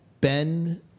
Ben